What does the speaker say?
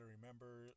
remember